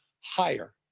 higher